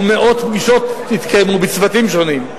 ומאות פגישות התקיימו בצוותים שונים.